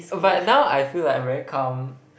but now I feel like I'm very calm